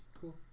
cool